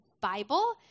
Bible